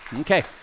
Okay